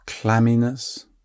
clamminess